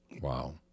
Wow